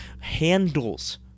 handles